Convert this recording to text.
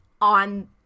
on